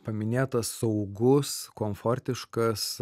paminėtas saugus komfortiškas